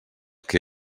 que